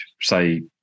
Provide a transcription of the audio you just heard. Say